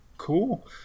Cool